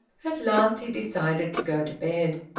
at last he decided to go to bed.